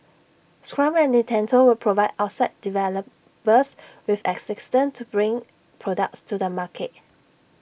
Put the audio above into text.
scrum and Nintendo will provide outside developers with assistance to bring products to the market